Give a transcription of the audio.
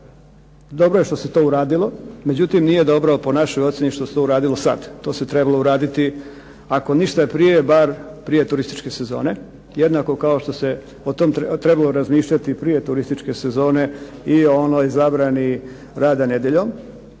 Dobro je što se to uradilo, međutim, nije dobro po našoj ocjeni što se to uradilo sad, to se trebalo uraditi ako ništa prije bar prije turističke sezone, jednako kao što se o tom trebalo razmišljati prije turističke sezone i o onoj zabrani rada nedjeljom,